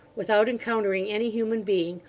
without encountering any human being,